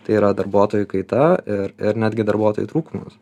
tai yra darbuotojų kaita ir ir netgi darbuotojų trūkumas